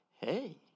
hey